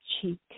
cheek